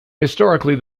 historically